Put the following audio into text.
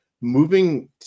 Moving